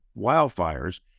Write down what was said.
wildfires